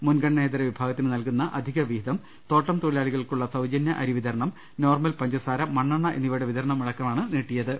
മുൻഗണനേതര വിഭാഗത്തിന് നൽകുന്ന അധികവിഹിതം തോട്ടം തൊഴിലാളികൾക്കുളള സൌജന്യ അരി വിതരണം നോർമൽ പഞ്ചസാര മണ്ണെണ്ണ എന്നി വയുടെ വിതരണമടക്കമാണ് നീട്ടിയത്